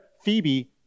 Phoebe